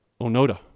Onoda